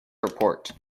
report